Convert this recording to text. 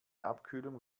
abkühlung